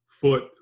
foot